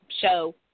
show